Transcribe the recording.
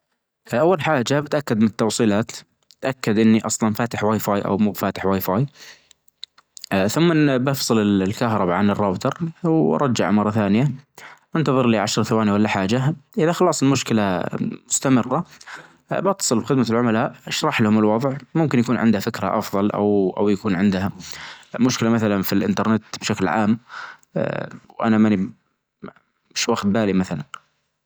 اول حاجة بتأكد من التوصيلات تأكد اني اصلا فاتح واي فاي او مو بفاتح واي فاي ثمن بفصل الكهرباء عن الراوتر ورجع مرة ثانية انتظر لي عشر ثواني ولا حاجة. اذا خلصت المشكلة مستمرة. باتصل بخدمة العملاء اشرح لهم الوظع. ممكن يكون عنده فكرة افظل او او يكون عنده مشكلة مثلا في الانترنت بشكل عام وانا ماني مش واخد بالي مثلا